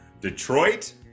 Detroit